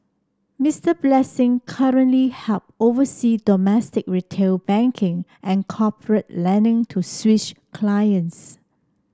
Mister Blessing currently help oversee domestic retail banking and corporate lending to Swiss clients